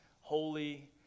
holy